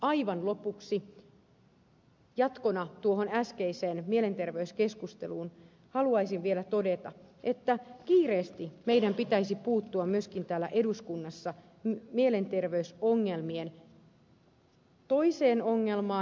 aivan lopuksi jatkona tuohon äskeiseen mielenterveyskeskusteluun haluaisin vielä todeta että meidän täällä eduskunnassa pitäisi puuttua kiireesti myöskin toiseen ongelmaan